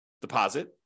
deposit